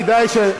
אבל בכל זאת כדאי,